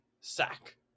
sack